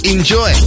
Enjoy